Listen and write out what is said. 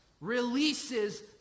releases